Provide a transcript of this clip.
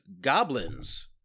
goblins